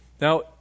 Now